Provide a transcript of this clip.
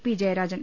P Jayarajan